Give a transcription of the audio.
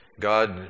God